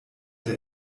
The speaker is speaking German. der